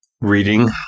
reading